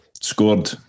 scored